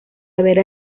haber